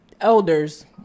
elders